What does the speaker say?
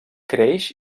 creix